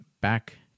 Back